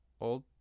Old